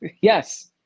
yes